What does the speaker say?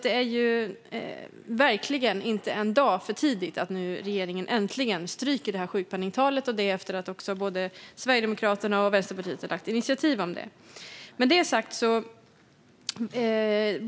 Det är verkligen inte en dag för tidigt att regeringen nu äntligen stryker sjukpenningtalet efter att både Sverigedemokraterna och Vänsterpartiet tagit initiativ om det.